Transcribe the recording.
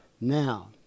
Now